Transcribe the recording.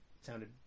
sounded